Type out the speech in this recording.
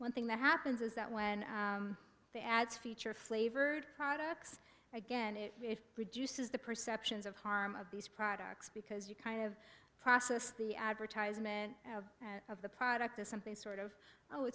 one thing that happens is that when the ads feature flavored products again it reduces the perceptions of harm of these products because you kind of process the advertisement of the product as something sort of oh